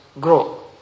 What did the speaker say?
grow